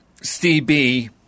CB